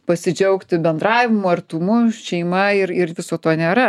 pasidžiaugti bendravimu artumu šeima ir ir viso to nėra